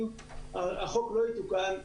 אם החוק לא יתוקן,